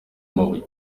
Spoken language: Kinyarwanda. amabuye